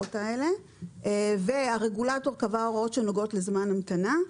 מהחברות האלה והרגולטור קבע הוראות שנוגעות לזמן המתנה,